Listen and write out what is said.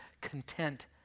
content